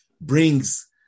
brings